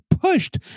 pushed